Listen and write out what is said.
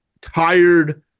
tired